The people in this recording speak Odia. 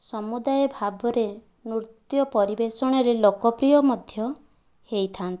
ସମୁଦାୟ ଭାବରେ ନୃତ୍ୟ ପରିବେଷଣରେ ଲୋକପ୍ରିୟ ମଧ୍ୟ ହୋଇଥାଏ